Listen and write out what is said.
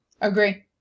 Agree